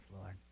Lord